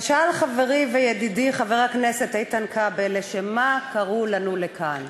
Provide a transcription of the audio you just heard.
שאל חברי וידידי חבר הכנסת איתן כבל לשם מה קראו לנו לכאן,